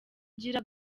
ugira